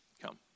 Come